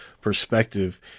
Perspective